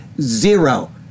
zero